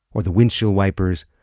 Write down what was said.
or the windshield wipers,